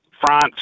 France